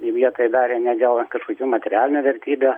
ir jie tai darė ne dėl kažkokių materialinių vertybių